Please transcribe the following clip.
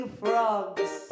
frogs